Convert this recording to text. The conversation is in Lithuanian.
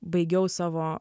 baigiau savo